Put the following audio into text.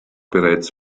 bereits